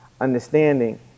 understanding